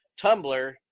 Tumblr